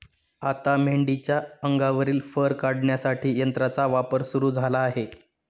आता मेंढीच्या अंगावरील फर काढण्यासाठी यंत्राचा वापर सुरू झाला आहे